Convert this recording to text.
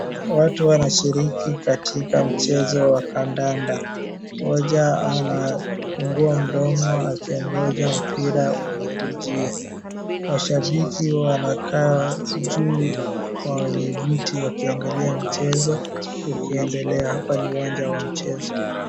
Watu wanashiriki katika mchezo wakandanda. Mmoja anafungua mdomo akingoja mpira umkujie. Mashabiki wamekaa juu kwenye viti wakiangalia mchezo ukiendelea. Hapa ni uwanja wa mchezo.